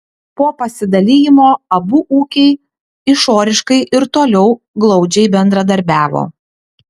po pasidalijimo abu ūkiai išoriškai ir toliau glaudžiai bendradarbiavo